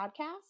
podcast